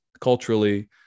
culturally